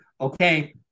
okay